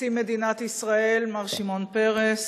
נשיא מדינת ישראל שמעון פרס,